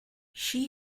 she